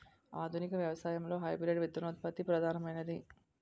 ఆధునిక వ్యవసాయంలో హైబ్రిడ్ విత్తనోత్పత్తి ప్రధానమైనది